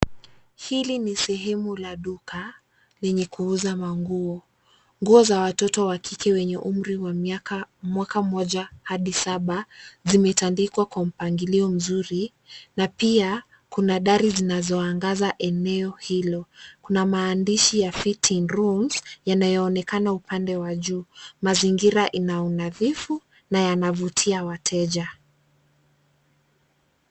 Hili ni sehemu la duka lenye kuuza manguo. Nguo za watoto wa kike wenye umri wa mwaka mmoja hadi saba zimetandikwa kwa mpangilio mzuri na pia, kuna dari zinazoangaza eneo hilo. Kuna maandishi ya fitting rooms yanayooneka upande wa juu. Mazingira ina unadhifu na yanavutia wateja.